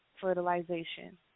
fertilization